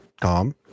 tom